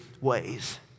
ways